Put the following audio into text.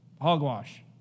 Hogwash